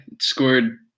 Scored